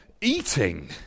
eating